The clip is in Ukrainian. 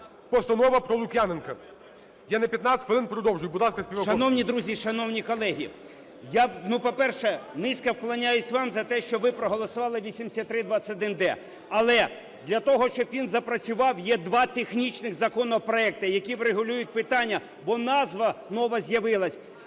постанова про Лук'яненка. Я на 15 хвилин продовжую. Будь ласка, Співаковський. 12:00:20 СПІВАКОВСЬКИЙ О.В. Шановні друзі, шановні колеги! Я, по-перше, низько вклоняюсь вам за те, що ви проголосували 8321-д. Але для того, щоб він запрацював, є два технічних законопроекти, які врегулюють питання, Бо назва нова з'явилась.